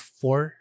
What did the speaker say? four